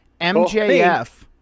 MJF